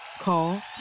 Call